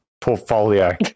portfolio